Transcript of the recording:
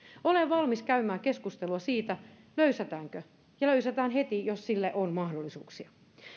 olen valmis käymään keskustelua siitä löysätäänkö ja löysätään heti jos siihen on mahdollisuuksia